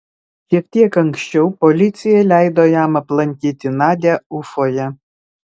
šiek tiek anksčiau policija leido jam aplankyti nadią ufoje